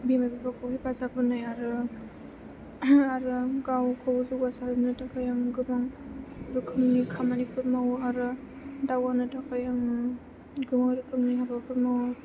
बिमा बिफाखौ हेफाजाब होनाय आरो आरो आं गावखौ जौगासारहोनो थाखाय आङो गोबां रोखोमनि खामानिफोर मावो आरो दावगानो थाखाय आं गोबां रोखोमनि हाबाफोरा मावो